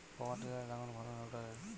পাওয়ার টিলারে লাঙ্গল ভালো না রোটারের?